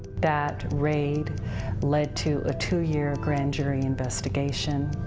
that raid led to a two-year grand jury investigation,